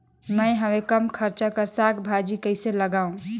मैं हवे कम खर्च कर साग भाजी कइसे लगाव?